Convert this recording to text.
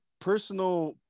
personal